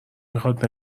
میخاد